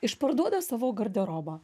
išparduoda savo garderobą